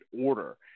order